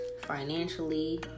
financially